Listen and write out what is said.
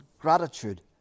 gratitude